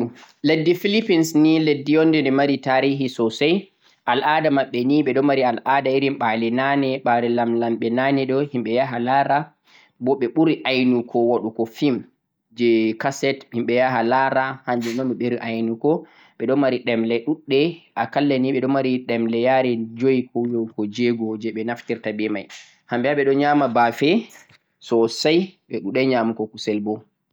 Leddi philippians ni leddi on ɗi mari tarihi sosai, al-ada maɓɓe ni ɓe ɗo mari al-ada irin ba'le na'ne ba're lamlamɓe na'ne ɗo himɓe yaha lara, bo ɓe ɓuri ainugo waɗugo film je kaset himɓe yaha la'ra, hanjum un ɓe ɓuri ainugo. Ɓe mari ɗemle ɗuɗɗe akalla ni ɓe ɗo mari ɗemle yari joi ko yahugo je'go je ɓe ɗo naftira be mai. Hamɓe ma ɓe ɗo nyama ba'fe sosai ɓe ɗu'ɗai nyamugo kusel bo.